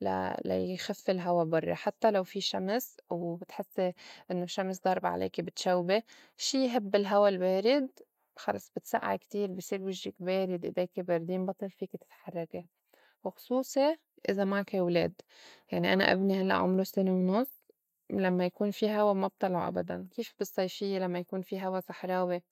لا- لا يخف الهوا برّا، حتّى لو في شمس وبتحسّي إنّو الشّمس ضاربة عليكي بتشوبي. شي يهب الهوا البارد خلص بتسئّعي كتير بي صير وجّك بارد، ايديكي باردين، بطّل فيكي تتحرّكي وخصوصي إذا معكي ولاد. يعني أنا إبني هلّأ عمرو سنة ونص لمّا يكون في هوا ما بطلعو أبداً كيف بالصيفيّة لمّا يكون في هوا صحراوي؟